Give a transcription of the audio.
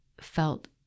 felt